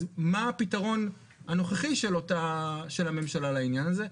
אז מה הפתרון הנוכחי של הממשלה לעניין הזה.